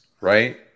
Right